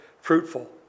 fruitful